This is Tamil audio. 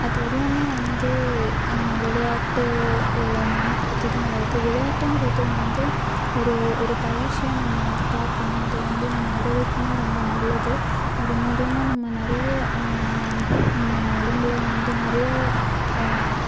அது எல்லாம் வந்து விளையாட்டு மையப்படுத்திதான் வருது விளையாட்டுங்கிறது வந்து ஒரு ஒரு பயிற்சியாக நம்ம வந்து பார்க்கணும் அது வந்து நம்ம உடலுக்கும் ரொம்ப நல்லது அது மூலியமாக நம்ம நிறைய நம்ம உடம்புல வந்து நிறைய